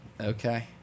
Okay